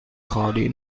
خالی